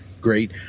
great